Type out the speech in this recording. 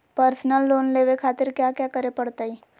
Personal loan लेवे खातिर कया क्या करे पड़तइ?